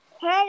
Hey